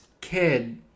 kid